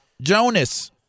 Jonas